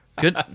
good